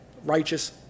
righteous